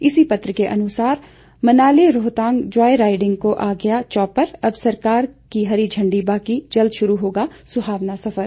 इसी पत्र के अनुसार मनाली रोहतांग ज्वॉय राइडिंग को आ गया चौपर अब सरकार की हरी झंडी बाकी जल्द शुरू होगा सुहाना सफर